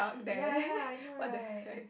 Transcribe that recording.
ya ya ya I know right